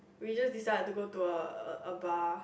we just decide to go to a a bar